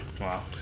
Wow